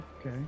Okay